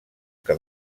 que